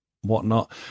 whatnot